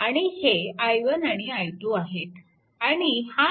आणि हे i1 आणि i2 आहेत